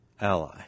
ally